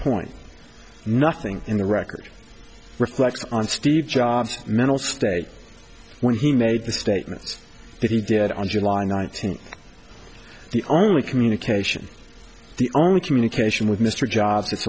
point nothing in the record reflects on steve jobs mental state when he made the statements that he did on july nineteenth the only communication the only communication with mr jobs